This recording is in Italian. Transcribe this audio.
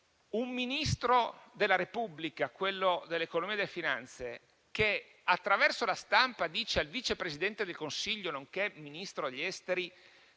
un Ministro della Repubblica, quello dell'economia e delle finanze, attraverso la stampa ha detto al Vice Presidente del Consiglio, nonché Ministro degli affari